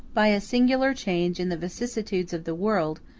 by a singular change in the vicissitudes of the world,